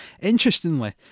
Interestingly